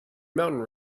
mountain